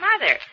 mother